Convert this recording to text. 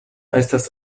estas